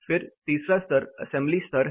फिर तीसरा स्तर असेंबली स्तर है